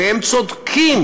והם צודקים